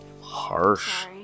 Harsh